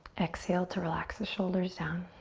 exhale to relax the shoulders down.